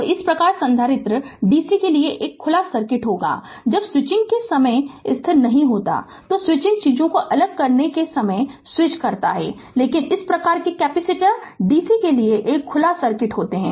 तो इस प्रकार संधारित्र dc के लिए एक खुला सर्किट है जब स्विचिंग के समय स्थिर नहीं होता है स्विचिंग चीजों को अलग करने के समय स्विच करता है लेकिन इस प्रकार एक कैपेसिटर dc के लिए खुला सर्किट होता है